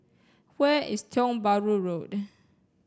where is Tiong Bahru Road